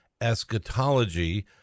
Eschatology